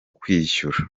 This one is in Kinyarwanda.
kwishyura